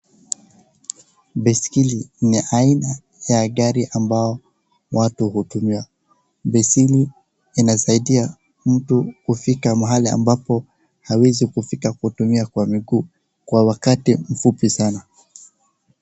Baiskeli ya aina ya gari ambayo watu hutmia. Baiskeli inasaidia mtu kufika mahali ambapo hawezi kufika kutumia kwa mguu kwa mwakati mfupi sana.